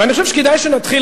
ואני חושב שכדאי שנתחיל,